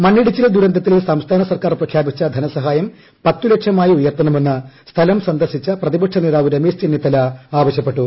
മണ്ണിടിച്ചിൽ ദുരന്തത്തിൽ സംസ്ഥാന സർക്കാർ പ്രഖ്യാപിച്ച ധനസഹായം പത്തുലക്ഷമായി ഉയർത്തണമെന്ന് സ്ഥലം സന്ദർശിച്ച പ്രതിപക്ഷ നേതാവ് രമേശ് ചെന്നിത്തല ആവശ്യപ്പെട്ടു